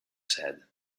said